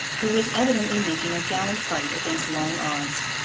who was evidently making a gallant fight against long odds.